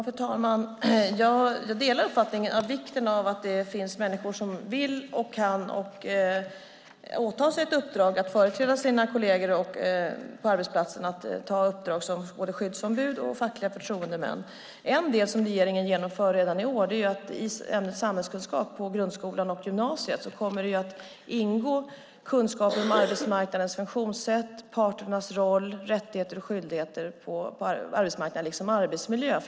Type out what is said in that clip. Fru talman! Jag delar uppfattningen om vikten av att det finns människor som vill och kan åta sig uppdraget att företräda sina kolleger på arbetsplatsen och ta uppdrag som både skyddsombud och fackliga förtroendemän. Något som regeringen genomför redan i år är att det i ämnet samhällskunskap på grundskolan och gymnasiet kommer att ingå kunskaper om arbetsmarknadens funktionssätt, parternas roll samt rättigheter och skyldigheter på arbetsmarknaden, liksom arbetsmiljö.